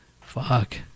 Fuck